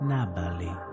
Nabali